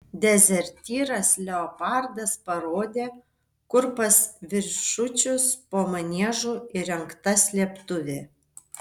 dezertyras leopardas parodė kur pas viršučius po maniežu įrengta slėptuvė